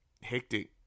hectic